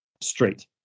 straight